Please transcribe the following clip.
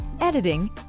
editing